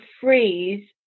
freeze